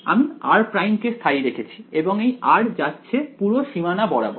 আমি r' কে স্থায়ী রেখেছি এবং এই r যাচ্ছে পুরো সীমানা বরাবর